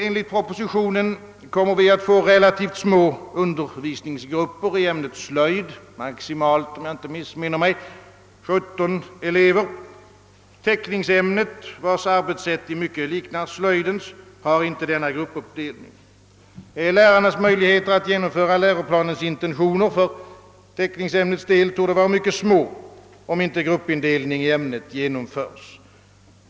Enligt propositionen kommer vi att få relativt små undervisningsgrupper i ämnet slöjd; om jag inte missminner mig maximalt 17 elever. Teckningsämnet, vars arbetssätt i mycket liknar slöjdens, har inte denna gruppuppdelning. Lärarnas möjligheter att genomföra läroplanens intentioner för teckningsämnets del torde vara mycket små, om inte gruppindelning i ämnet genomförs.